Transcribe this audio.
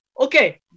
Okay